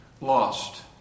lost